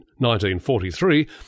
1943